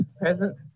Present